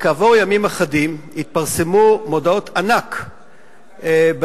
כעבור ימים אחדים התפרסמו מודעות ענק בעיתונות,